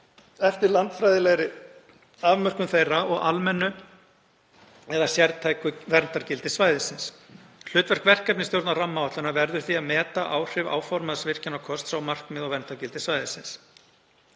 eftir landfræðilegri afmörkun þeirra og almennu eða sértæku verndargildi svæðisins. Hlutverk verkefnisstjórnar rammaáætlunar verður því að meta áhrif áformaðs virkjunarkosts á markmið og verndargildi svæðisins.